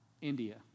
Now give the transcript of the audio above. India